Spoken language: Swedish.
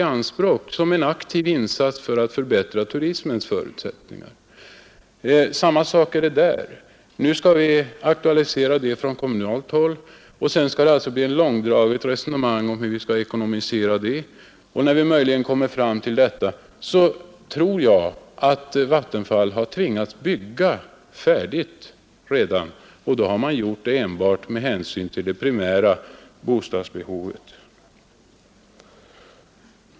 Då skulle man göra en aktiv insats för att förbättra turismens förutsättningar. Men det är samma sak där. Frågan skall först aktualiseras från kommunalt håll, sedan blir det ett långdraget resonemang om hur det hela skall finansieras. Och när vi möjligen kommer fram till ett resultat har Vattenfall förmodligen redan tvingats bygga färdigt — och då enbart med hänsyn till det primära bostadsbehovet.